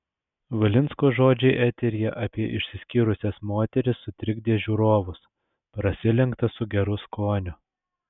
valinsko žodžiai eteryje apie išsiskyrusias moteris sutrikdė žiūrovus prasilenkta su geru skoniu